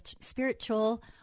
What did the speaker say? spiritual